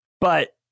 but-